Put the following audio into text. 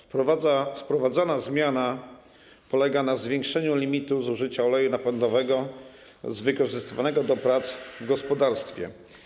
Wprowadzona zmiana polega na zwiększeniu limitu zużycia oleju napędowego wykorzystywanego do prac w gospodarstwie.